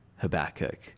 Habakkuk